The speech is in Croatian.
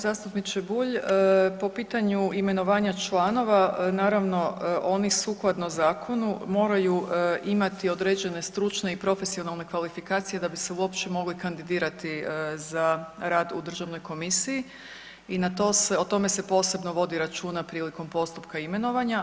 Zastupniče Bulj, po pitanju imenovanja članova naravno oni sukladno zakonu moraju imati određene stručne i profesionalne kvalifikacije da bi se uopće mogli kandidirati za rad u državnoj komisiji i o tome se posebno vodi računa prilikom postupka imenovanja.